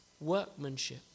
workmanship